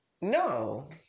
No